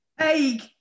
egg